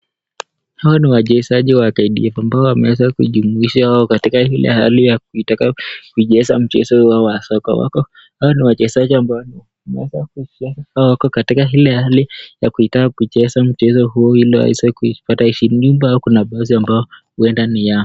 Hawa ni wachezaji wa KDF ambao wameweza kujumuishwa katika ile hali ya kutaka kucheza mchezo wao wa soka, hawa ni wachezaji ambao wameweza kucheza au wako katika ile hali ya kutaka kucheza mchezo huu ili waweze kupata ushindi nyuma yao kuna basi ambayo huenda ni yao.